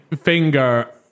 finger